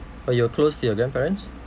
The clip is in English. oh you're close to your grandparents